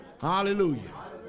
Hallelujah